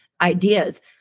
ideas